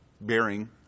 bearing